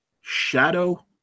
shadow